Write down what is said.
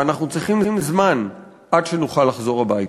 ואנחנו צריכים זמן עד שנוכל לחזור הביתה.